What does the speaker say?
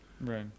Right